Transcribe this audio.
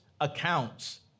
accounts